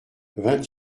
vingt